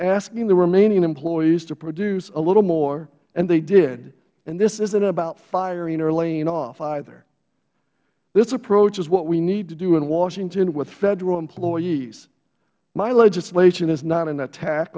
asking the remaining employees to produce a little more and they did and this isn't about firing or laying off either this approach is what we need to do in washington with federal employees my legislation is not an attack